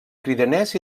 cridaners